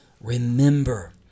Remember